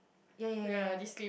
ya ya ya ya